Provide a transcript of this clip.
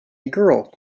girl